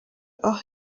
aho